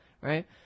right